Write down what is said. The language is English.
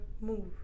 move